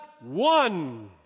one